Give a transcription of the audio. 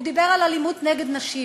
הוא דיבר על אלימות נגד נשים.